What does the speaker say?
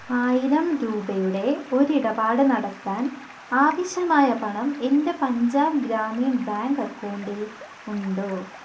ആയിരം രൂപയുടെ ഒരു ഇടപാട് നടത്താൻ ആവശ്യമായ പണം എൻ്റെ പഞ്ചാബ് ഗ്രാമീൺ ബാങ്ക് അക്കൗണ്ടിൽ ഉണ്ടോ